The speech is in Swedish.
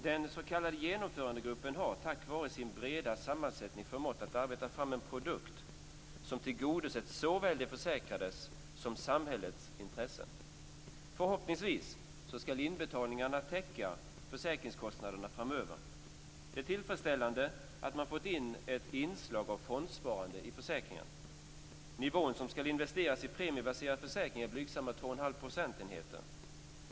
Den s.k. genomförandegruppen har tack vare sin breda sammansättning förmått att arbeta fram en produkt som tillgodosett såväl de försäkrades som samhällets intressen. Förhoppningsvis täcker inbetalningarna försäkringskostnaderna framöver. Det är tillfredsställande att man har fått in ett inslag av fondsparande i försäkringen. Den nivå som skall investeras i en premiebaserad försäkring är blygsamma 2,5 procentenheter.